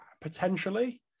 potentially